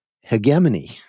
hegemony